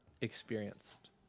experienced